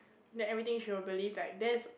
then everything she will believe like there's